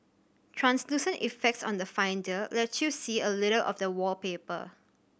translucent effects on the Finder let you see a little of the wallpaper